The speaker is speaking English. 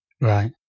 Right